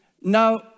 Now